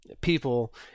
people